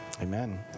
Amen